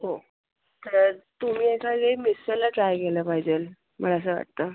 हो तर तुम्ही आता हे मिसळला ट्राय केला पाहिजेल मला असं वाटतं